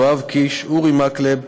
אורי מקלב,